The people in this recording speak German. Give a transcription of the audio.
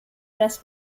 dass